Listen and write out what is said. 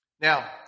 Now